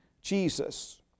Jesus